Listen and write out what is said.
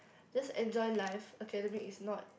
just enjoy life academic is not